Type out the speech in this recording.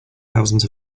thousands